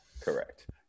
Correct